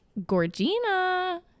Gorgina